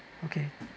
okay